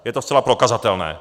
Je to zcela prokazatelné.